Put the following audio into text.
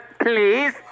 please